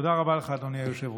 תודה רבה לך, אדוני היושב-ראש.